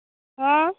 ହଁ